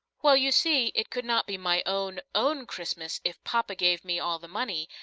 well, you see, it could not be my own, own christmas if papa gave me all the money,